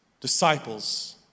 disciples